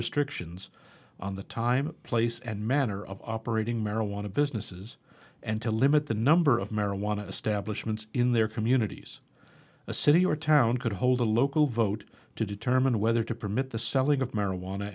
restrictions on the time place and manner of operating marijuana businesses and to limit the number of marijuana establishment in their communities a city or town could hold a local vote to determine whether to permit the selling of marijuana